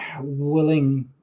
willing